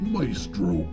Maestro